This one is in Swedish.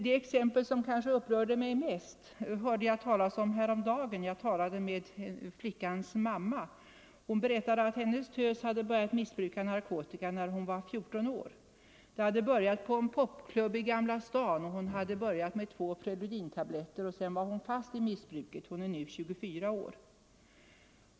Det exempel som upprört mig mest hörde jag talas om häromdagen. Jag talade med den berörda flickans mamma. Hon berättade att hennes tös hade börjat missbruka narkotika när hon var 14 år. Det hade börjat på en popklubb i Gamla stan. Hon hade börjat med två preludintabletter och sedan var hon fast i missbruket. Hon är nu 24 år.